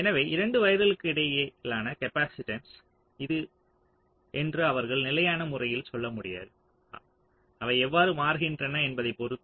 எனவே 2 வயர்களுக்கு இடையிலான காப்பாசிட்டன்ஸ் இது என்று அவர்கள் நிலையான முறையில் சொல்ல முடியாது அவை எவ்வாறு மாறுகின்றன என்பதைப் பொறுத்து